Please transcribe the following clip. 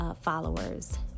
followers